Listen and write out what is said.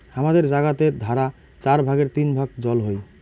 হামাদের জাগাতের ধারা চার ভাগের তিন ভাগ জল হই